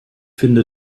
finde